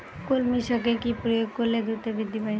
কলমি শাকে কি প্রয়োগ করলে দ্রুত বৃদ্ধি পায়?